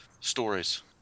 stories